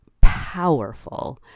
powerful